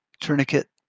Tourniquet